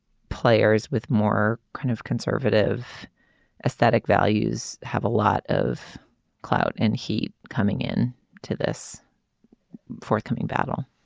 players with more kind of conservative aesthetic values have a lot of clout and heat coming in to this forthcoming battle